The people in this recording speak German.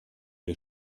wir